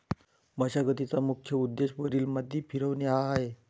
मशागतीचा मुख्य उद्देश वरील माती फिरवणे हा आहे